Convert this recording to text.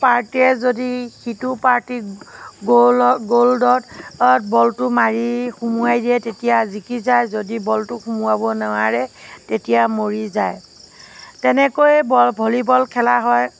পাৰ্টিয়ে যদি সিটো পাৰ্টিক গ'লত গ'লদত বলটো মাৰি সোমোৱাই দিয়ে তেতিয়া জিকি যায় যদি বলটো সোমোৱাব নোৱাৰে তেতিয়া মৰি যায় তেনেকৈ বল ভলীবল খেলা হয়